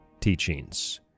Teachings